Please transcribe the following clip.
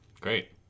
Great